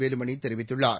வேலுமணி தெரிவித்துள்ளார்